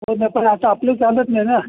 होतं नाही पण आता आपलं चालत नाही ना